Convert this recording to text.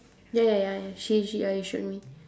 ya ya ya ya she she uh you showed me